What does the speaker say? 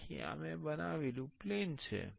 તેથી આ મેં બનાવેલું પ્લેન છે